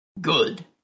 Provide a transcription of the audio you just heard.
good